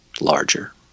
larger